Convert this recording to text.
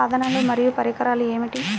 సాధనాలు మరియు పరికరాలు ఏమిటీ?